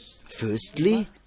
Firstly